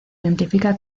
identifica